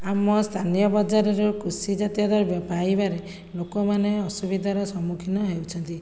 ଆମ ସ୍ଥାନୀୟ ବଜାରରେ କୃଷି ଜାତୀୟ ଦ୍ରବ୍ୟ ପାଇବାରେ ଲୋକମାନେ ଅସୁବିଧାର ସମ୍ମୁଖୀନ ହେଉଛନ୍ତି